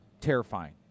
terrifying